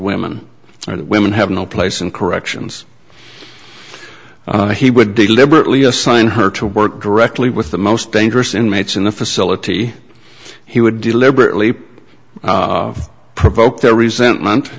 and women have no place in corrections he would deliberately assign her to work directly with the most dangerous inmates in the facility he would deliberately provoke their resentment